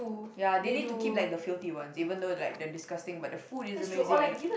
ya they need to keep like the filthy ones even though like they are disgusting but the food is amazing and the